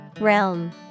Realm